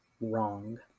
wrong